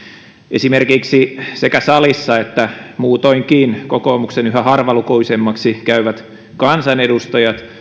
esimerkiksi sekä salissa että muutoinkin kokoomuksen yhä harvalukuisemmiksi käyvät kansanedustajat